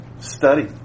Study